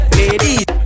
ladies